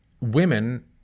women